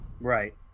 Right